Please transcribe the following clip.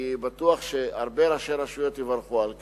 אני בטוח שהרבה ראשי רשויות יברכו על כך.